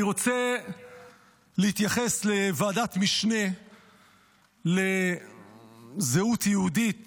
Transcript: אני רוצה להתייחס לישיבת ועדת המשנה לזהות יהודית